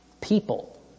People